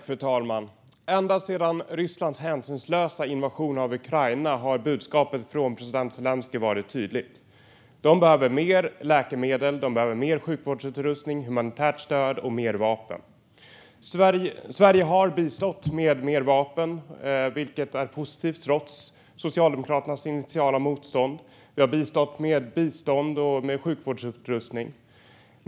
Fru talman! Ända sedan Rysslands hänsynslösa invasion av Ukraina har budskapet från president Zelenskyj varit tydligt. De behöver mer läkemedel, mer sjukvårdsutrustning, humanitärt stöd och mer vapen. Sverige har bistått med mer vapen, vilket är positivt, trots Socialdemokraternas initiala motstånd. Sverige har bistått med bistånd och sjukvårdsutrustning.